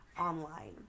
online